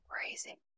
crazy